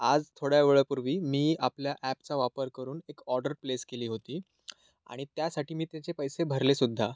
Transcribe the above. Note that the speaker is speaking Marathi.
आज थोड्या वेळापूर्वी मी आपल्या ॲपचा वापर करून एक ऑर्डर प्लेस केली होती आणि त्यासाठी मी त्याचे पैसे भरले सुद्धा